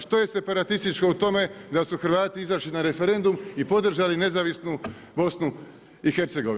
Što je separatističko u tome, da su Hrvati izašli na referendum i podržali nezavisnu BIH?